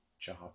job